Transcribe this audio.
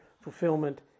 fulfillment